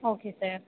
okay sir